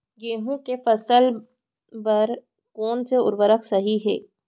गेहूँ के फसल के बर कोन से उर्वरक सही है?